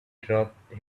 dropped